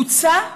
בוצע,